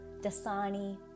Dasani